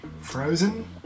frozen